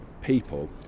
people